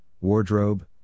wardrobe